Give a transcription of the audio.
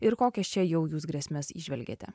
ir kokias čia jau jūs grėsmes įžvelgiate